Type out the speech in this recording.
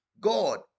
God